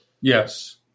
Yes